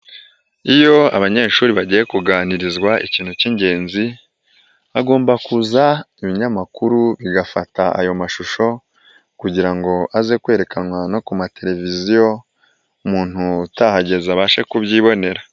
Iyo abanyeshuri bagiye kuganirizwa ikintu cy'ingenzi, hagomba kuza ibinyamakuru bigafata ayo mashusho kugira ngo aze kwerekanwa no ku mateleviziyo, umuntu utahageze abashe kubyibonera.